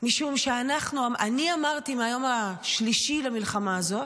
משום שאני אמרתי מהיום השלישי למלחמה הזאת: